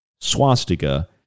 swastika